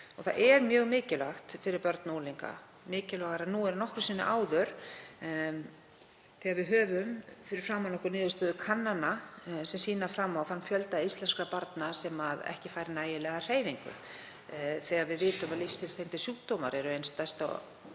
Það er mjög mikilvægt fyrir börn og unglinga, mikilvægara nú en nokkru sinni áður. Þegar við höfum fyrir framan okkur niðurstöður kannana sem sýna fram á þann fjölda íslenskra barna sem ekki fær nægilega hreyfingu, þegar við vitum að lífsstílstengdir sjúkdómar eru ein stærsta